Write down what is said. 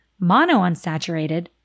monounsaturated